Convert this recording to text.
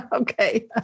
okay